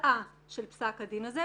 התוצאה של פסק הדין הזה.